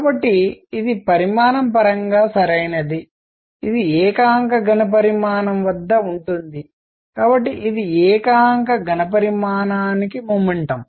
కాబట్టి ఇది పరిమాణం పరంగా సరైనది ఇది ఏకాంక ఘణపరిమాణం వద్ద ఉంటుంది కాబట్టి ఇది ఏకాంక ఘణపరిమాణానికి మొమెంటం